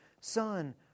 Son